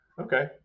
Okay